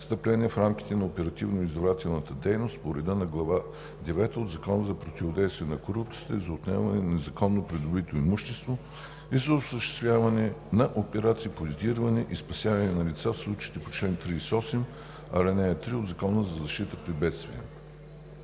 престъпления в рамките на оперативно-издирвателната дейност по реда на Глава девета от Закона за противодействие на корупцията и за отнемане на незаконно придобитото имущество и за осъществяване на операции по издирване и спасяване на лица в случаите по чл. 38, ал. 3 от Закона за защита при бедствия.